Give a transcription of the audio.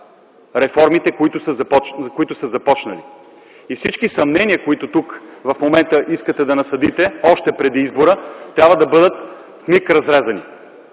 реформите, които са започнали. Всички съмнения, които искате да насадите в момента, още преди избора, трябва да бъдат в миг разрязани.